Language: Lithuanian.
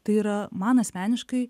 tai yra man asmeniškai